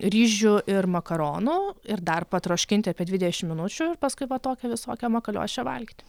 ryžių ir makaronų ir dar patroškinti apie dvidešim minučių paskui va tokią visokią makaliošę valgyti